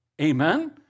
Amen